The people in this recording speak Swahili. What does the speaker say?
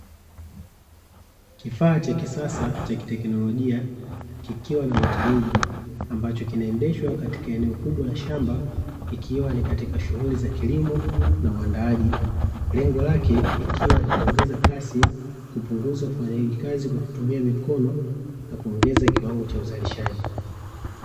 Kifaa cha kisasa cha kiteknolojia kikiwa na matairi ambacho kinaendeshwa katika eneo kubwa la shamba ikiwa ni katika shughuli za kilimo na uandaaji. Lengo lake ikiwa ni kuongeza kasi, kupunguza ufanyaji kazi kwa kutumia mikono na kuongeza kiwango cha uzalishaji.